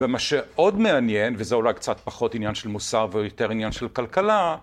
ומה שעוד מעניין וזה אולי קצת פחות עניין של מוסר ויותר עניין של כלכלה